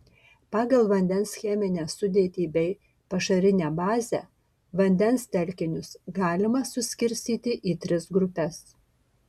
pagal vandens cheminę sudėtį bei pašarinę bazę vandens telkinius galima suskirstyti į tris grupes